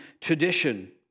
tradition